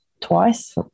twice